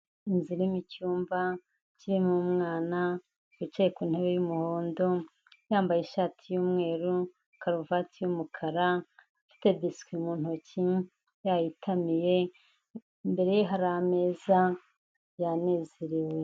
Inzu irimo icyumba, kirimo umwana wicaye ku ntebe y'umuhondo, yambaye ishati y'umweru, karuvati y'umukara, afite biswi mu ntoki, yayitamiye, imbere ye hari ameza, yanezerewe.